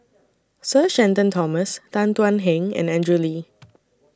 Sir Shenton Thomas Tan Thuan Heng and Andrew Lee